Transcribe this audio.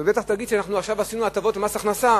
ובטח תגיד שעכשיו אנחנו עשינו הטבות במס הכנסה,